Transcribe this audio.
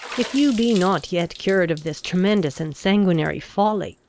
if you be not yet cured of this tremendous and sanguinary folly,